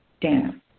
down